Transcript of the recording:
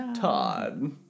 Todd